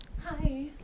Hi